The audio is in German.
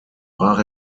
brach